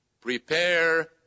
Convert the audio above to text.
prepare